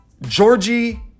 Georgie